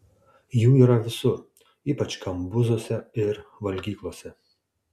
jų yra visur ypač kambuzuose ir valgyklose